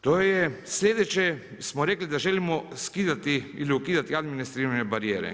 To je, sljedeće smo rekli da želimo skidati ili ukidati administrativne barijere.